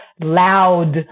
loud